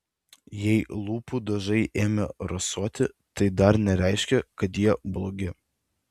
jei lūpų dažai ėmė rasoti tai dar nereiškia kad jie blogi